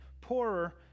poorer